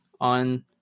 on